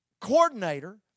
Coordinator